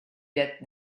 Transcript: that